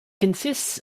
consists